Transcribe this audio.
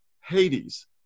Hades